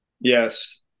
Yes